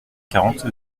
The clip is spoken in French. quarante